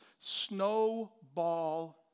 snowball